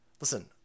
Listen